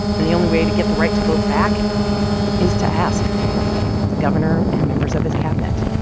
and the only way to get the right to vote back is to ask the governor and members of his cabinet,